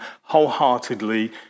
wholeheartedly